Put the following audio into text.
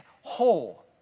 whole